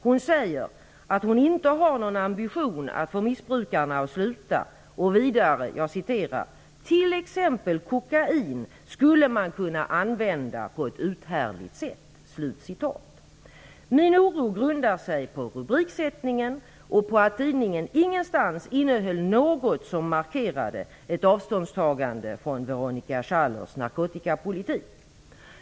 Hon säger att hon inte har någon ambition att få missbrukarna att sluta, och vidare: "- till exempel kokain skulle man kunna använda på ett uthärdligt sätt". Min oro grundar sig på rubriksättningen och på att tidningen ingenstans innehöll något som markerade ett avståndstagande från Veronica Schallers narkotikapolitik.